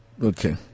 Okay